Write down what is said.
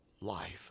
life